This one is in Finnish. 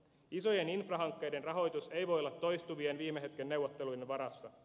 isojen infrahankkeiden rahoitus ei voi olla toistuvien viime hetken neuvottelujen varassa